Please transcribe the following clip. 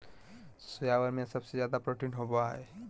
soybean में सबसे ज़्यादा प्रोटीन होबा हइ